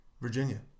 Virginia